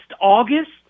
August